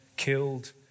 Killed